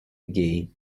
game